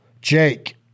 Jake